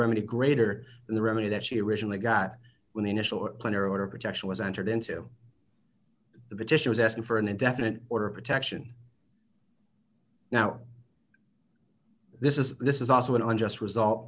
remedy greater than the remedy that she originally got when the initial plan or order of protection was entered into the petition was asking for an indefinite order of protection now this is this is also an unjust result